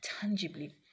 tangibly